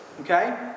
Okay